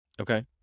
Okay